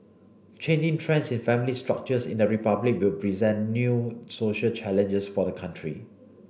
changing trends in family structures in the Republic they present new social challenges for the country